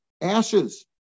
ashes